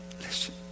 listen